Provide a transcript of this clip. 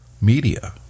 media